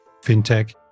FinTech